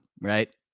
right